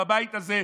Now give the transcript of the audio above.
בבית הזה,